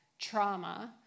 trauma